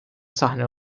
sahne